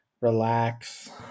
relax